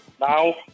Now